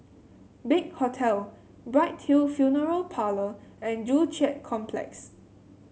Big Hotel Bright Hill Funeral Parlour and Joo Chiat Complex